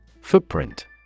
Footprint